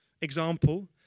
example